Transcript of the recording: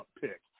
pick